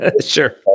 sure